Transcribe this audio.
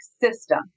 system